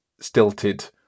stilted